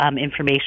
information